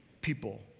People